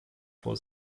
vor